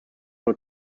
nur